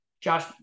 Josh